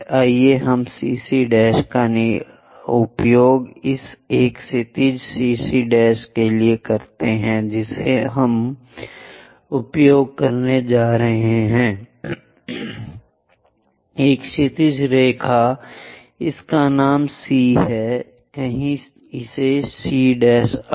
आइए हम CC' का उपयोग इस एक क्षैतिज CC के लिए करते हैं जिसे हम उपयोग करने जा रहे हैं एक क्षैतिज रेखा इसका नाम C है कहीं इसे C अक्ष